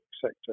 sector